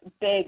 big